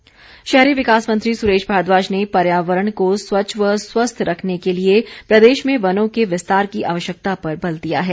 भारद्वाज शहरी विकास मंत्री सुरेश भारद्वाज ने पर्यावरण को स्वच्छ व स्वस्थ रखने के लिए प्रदेश में वनों के विस्तार की आवश्यकता पर बल दिया है